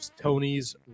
Tony's